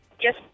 Yes